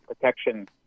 Protection